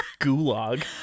gulag